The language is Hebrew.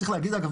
צריך להגיד אגב,